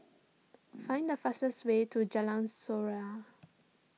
find the fastest way to Jalan Surau